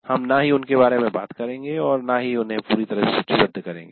हम न ही उनके बारे में बात करेंगे और न ही उन्हें पूरी तरह से सूचीबद्ध करेंगे